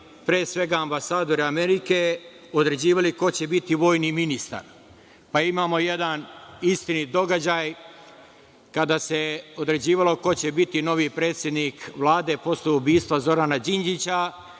pre svega, ambasador Amerike, određivali ko će biti vojni ministar. Pa, imao jedan istinit događaj kada se određivalo ko će biti novi predsednik Vlade posle ubistva Zorana Đinđića,